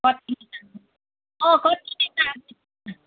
कत्ति पनि टार्नु अँ कत्ति दिन टार्नु